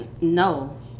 No